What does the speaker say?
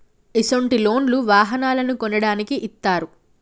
ఇసొంటి లోన్లు వాహనాలను కొనడానికి ఇత్తారు